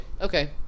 okay